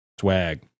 swag